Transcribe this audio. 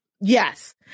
yes